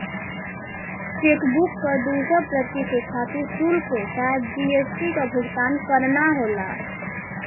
chequebook क दूसर प्रति के खातिर शुल्क के साथ जी.एस.टी क भुगतान करना होला